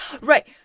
Right